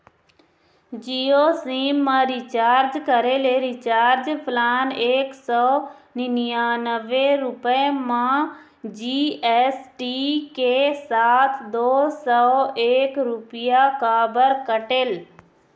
Jio sim मा recharge करे ले रिचार्ज प्लान एक सौ निन्यानबे रुपए मा जी.एस.टी के साथ दो सौ एक रुपया काबर कटेल?